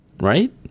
Right